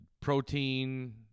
protein